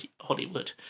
Hollywood